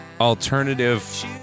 alternative